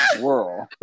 world